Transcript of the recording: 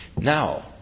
Now